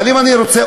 אבל אם אני רוצה,